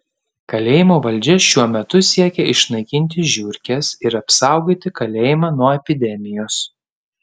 kalėjimo valdžia šiuo metu siekia išnaikinti žiurkes ir apsaugoti kalėjimą nuo epidemijos